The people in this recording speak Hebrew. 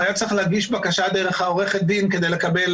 הוא היה צריך להגיש בקשה דרך עורכת הדין כדי לקבל